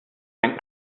han